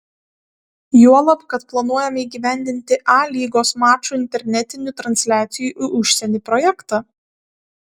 juolab kad planuojame įgyvendinti a lygos mačų internetinių transliacijų į užsienį projektą